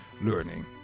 learning